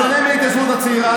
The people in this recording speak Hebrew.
בשונה מההתיישבות הצעירה,